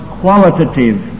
qualitative